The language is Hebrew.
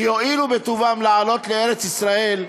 שיואילו בטובם לעלות לארץ-ישראל,